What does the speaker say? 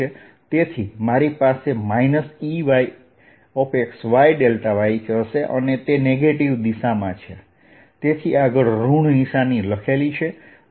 તેથી મારી પાસે Ey xy y હશે અને તે નેગેટીવ દિશામાં છે તેથી આગળ ઋણ નિશાની લખી છે